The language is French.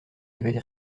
avait